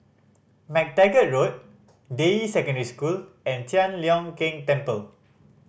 Mac Taggart Road Deyi Secondary School and Tian Leong Keng Temple